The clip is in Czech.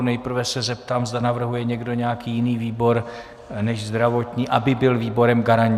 Nejprve se zeptám, zda navrhuje někdo nějaký jiný výbor než zdravotní, aby byl výborem garančním.